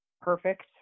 perfect